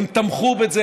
הם תמכו בזה,